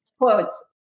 quotes